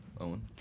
Owen